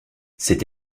c’est